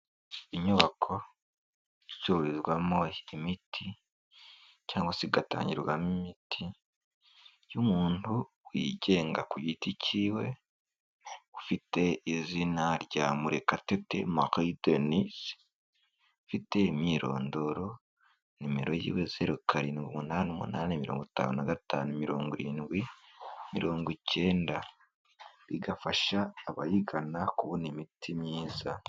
Inyubako icururizwamo imiti cyangwa igatangirwamo imiti y'umuntu wigenga ku giti kiwe, ufite izina rya Murekatete Marie Denyse, ufite imyirondoro nimero yiwe zeru karindwi umunani umunani, mirongo itanu na gatanu mirongo irindwi, mirongo icyenda, bigafasha abayigana kubona imiti myiza.